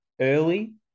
early